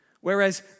Whereas